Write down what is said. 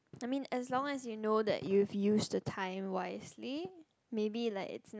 I mean as long as you know that you've use the time wisely maybe like it's not